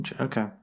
Okay